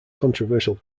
controversial